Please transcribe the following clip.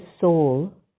soul